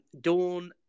Dawn